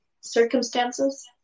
circumstances